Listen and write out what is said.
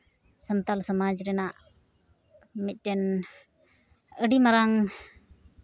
ᱥᱟᱱᱛᱟᱲ ᱥᱚᱢᱟᱡᱽ ᱨᱮᱱᱟᱜ ᱢᱤᱫᱴᱮᱱ ᱟᱹᱰᱤ ᱢᱟᱨᱟᱝ